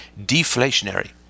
deflationary